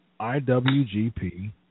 IWGP